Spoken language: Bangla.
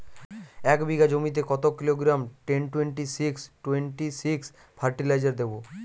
এক বিঘা জমিতে কত kilogram ten twenty six twenty six fertiliser দেবো?